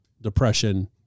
depression